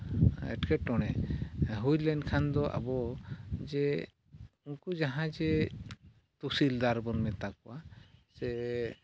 ᱮᱴᱠᱮᱴᱚᱬᱮ ᱦᱩᱭ ᱞᱮᱱᱠᱷᱟᱱ ᱫᱚ ᱟᱵᱚ ᱡᱮ ᱱᱩᱠᱩ ᱡᱟᱦᱟᱸᱭ ᱡᱮ ᱛᱩᱥᱤᱞᱫᱟᱨ ᱵᱚᱱ ᱢᱮᱛᱟ ᱠᱚᱣᱟ ᱥᱮ